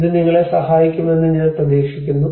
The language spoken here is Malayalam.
ഇത് നിങ്ങളെ സഹായിക്കുമെന്ന് ഞാൻ പ്രതീക്ഷിക്കുന്നു